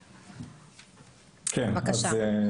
בקשה.